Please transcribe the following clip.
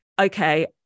okay